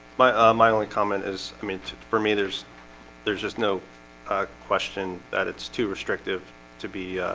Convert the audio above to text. my ah my only comment is i mean for me there's there's just no question that it's too restrictive to be